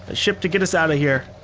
ah ship to get us out of here.